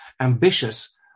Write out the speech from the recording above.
ambitious